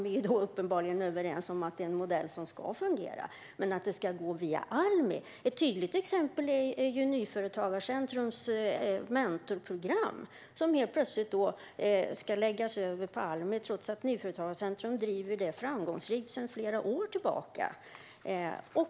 Vi är uppenbarligen överens om att det är en modell som ska fungera, men det ska inte gå via Almi. Ett tydligt exempel är Nyföretagarcentrums mentorprogram. Det ska helt plötsligt läggas över på Almi trots att Nyföretagarcentrum driver det framgångsrikt sedan flera år tillbaka.